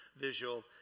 visual